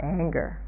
anger